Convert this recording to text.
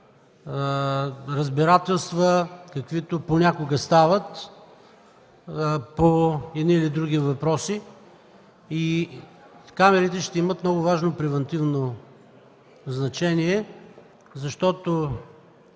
разбирателства, каквито понякога стават по едни или други въпроси. Камерите ще имат много важно, превантивно значение, защото